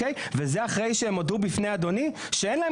וזה אחרי שהם הודו בפני אדוני שאין להם